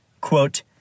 Quote